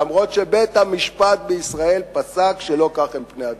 אף שבית-המשפט בישראל פסק שלא כך הם פני הדברים.